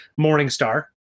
Morningstar